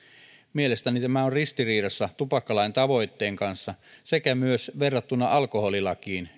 mielestäni tämä on ristiriidassa tupakkalain tavoitteen kanssa sekä myös verrattuna alkoholilakiin